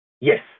Yes